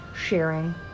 sharing